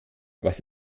was